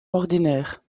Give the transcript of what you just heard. ordinaire